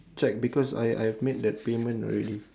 check because I I have made that payment already